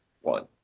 one